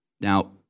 now